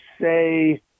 say